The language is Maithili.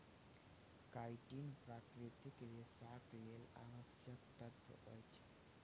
काइटीन प्राकृतिक रेशाक लेल आवश्यक तत्व अछि